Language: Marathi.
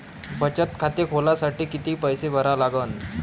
बचत खाते खोलासाठी किती पैसे भरा लागन?